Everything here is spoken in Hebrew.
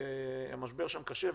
המשבר שם קשה,